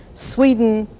sweden,